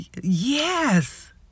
Yes